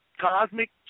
Cosmic